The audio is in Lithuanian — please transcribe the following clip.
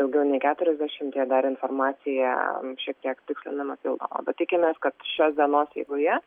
idaugiau nei keturiasdešimtyje dar informacija šiek tiek tikslinama pildoma bet tikimės kad šios dienos eigoje